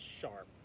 sharp